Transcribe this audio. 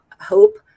hope